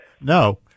No